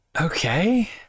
okay